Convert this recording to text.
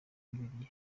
bibiliya